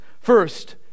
First